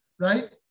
right